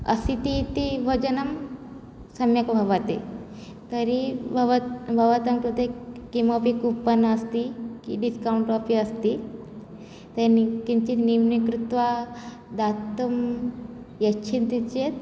अशीतिः इति भोजनं सम्यक् भवति तर्हि भवत् भवतां कृते किमपि कूपन् अस्ति डिस्कौण्ट् अपि अस्ति तेन किञ्चित् न्यूनीकृत्य दातुं यच्छन्ति चेत्